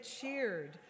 cheered